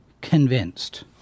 convinced